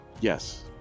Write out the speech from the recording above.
Yes